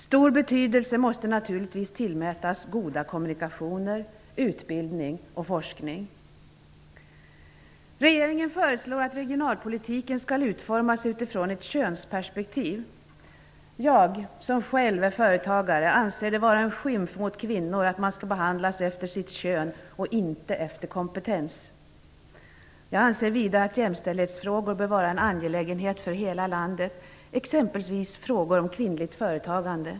Stor betydelse måste naturligtvis tillmätas goda kommunikationer, utbildning och forskning. Regeringen föreslår att regionalpolitiken skall utformas utifrån ett könsperspektiv. Jag, som själv är företagare, anser det vara en skymf mot kvinnor att man skall behandlas efter sitt kön och inte efter kompetens. Jag anser vidare att jämställdhetsfrågor bör vara en angelägenhet för hela landet, exempelvis frågor om kvinnligt företagande.